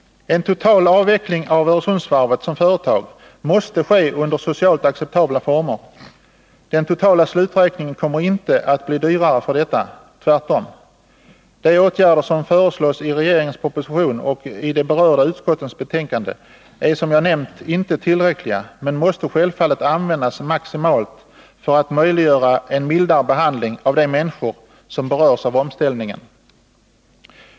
En total avveckling av Öresundsvarvet som företag måste ske under socialt acceptabla former. Den totala sluträkningen kommer inte att bli dyrare för detta — tvärtom. De åtgärder som föreslås i regeringens proposition och i de berörda utskottens betänkanden är, som jag nämnt, inte tillräckliga men måste självfallet användas maximalt för att möjliggöra en mildare behandling av de människor som berörs av omställningen.